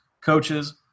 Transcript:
coaches